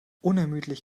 unermüdlich